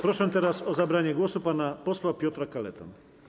Proszę teraz o zabranie głosu pana posła Piotra Kaletę.